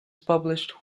published